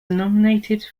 nominated